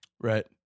Right